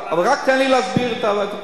רק תן לי להסביר את הנקודה שלי.